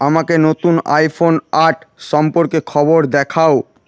আমাকে নতুন আইফোন আট সম্পর্কে খবর দেখাও